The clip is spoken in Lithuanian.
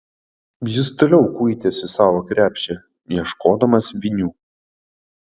jis toliau kuitėsi savo krepšyje ieškodamas vinių